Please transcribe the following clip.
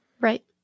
Right